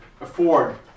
afford